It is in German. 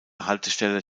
haltestelle